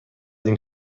این